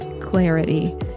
clarity